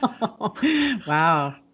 Wow